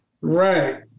Right